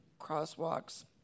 crosswalks